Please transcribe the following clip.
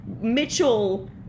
Mitchell